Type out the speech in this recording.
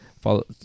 Follow